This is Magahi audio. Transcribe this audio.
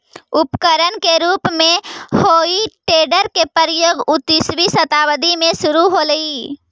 उपकरण के रूप में हेइ टेडर के प्रयोग उन्नीसवीं शताब्दी में शुरू होलइ